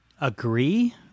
Agree